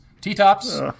T-tops